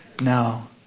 No